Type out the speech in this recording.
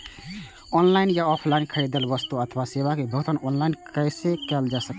online या offline खरीदल वस्तु अथवा सेवा के भुगतान ऑनलाइन कैल जा सकैछ